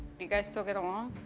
you guys still get along?